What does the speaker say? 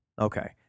Okay